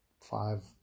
five